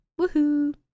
Woohoo